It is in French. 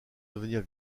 devenir